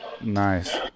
Nice